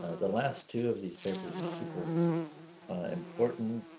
ah the last two of these papers are super important.